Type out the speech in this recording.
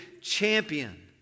champion